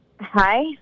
hi